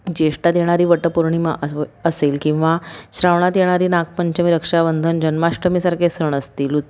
ज्येष्ठात येणारी वटपौर्णिमा असेल किंवा श्रावणात येणारी नागपंचमी रक्षाबंधन जन्माष्टमीसारखे सण असतील